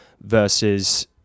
versus